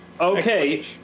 okay